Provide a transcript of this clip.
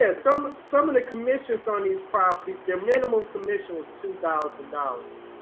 yeah some some of the commission's on these properties, their minimum commission was two thousand dollars.